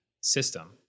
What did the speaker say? system